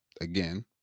again